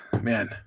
man